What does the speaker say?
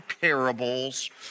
parables